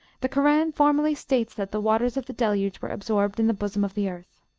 the koran formally states that the waters of the deluge were absorbed in the bosom of the earth.